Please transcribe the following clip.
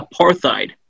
apartheid